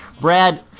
Brad